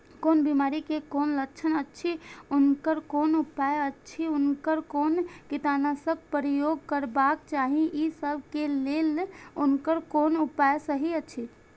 कोन बिमारी के कोन लक्षण अछि उनकर कोन उपाय अछि उनकर कोन कीटनाशक प्रयोग करबाक चाही ई सब के लेल उनकर कोन उपाय सहि अछि?